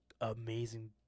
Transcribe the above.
amazing